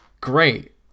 great